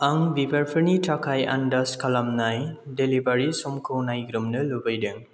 आं बिबारफोरनि थाखाय आन्दाज खालामनाय डेलिभारि समखौ नायग्रोमनो लुबैदों